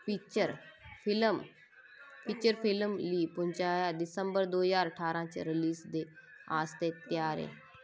feature film feature film पहुचा दिसम्बर दो ज्हार ठारां च रलीज दे आस्तै त्यार ऐ